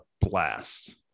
blast